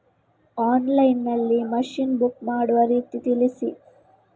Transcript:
Online ನಲ್ಲಿ machine book ಮಾಡುವ ರೀತಿ ತಿಳಿಸಿ?